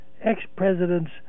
ex-presidents